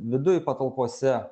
vidui patalpose